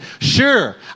sure